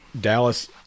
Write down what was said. Dallas